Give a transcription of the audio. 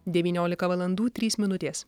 devyniolika valandų trys minutės